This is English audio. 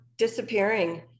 disappearing